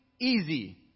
easy